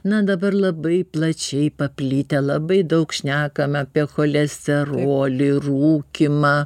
na dabar labai plačiai paplitę labai daug šnekam apie cholesterolį rūkymą